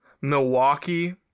Milwaukee